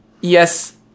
yes